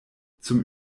zum